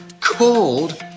called